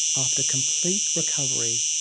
after complete recovery,